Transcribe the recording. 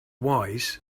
wise